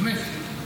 באמת,